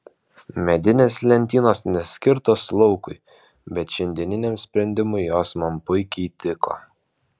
medinės lentynos neskirtos laukui bet šiandieniniam sprendimui jos man puikiai tiko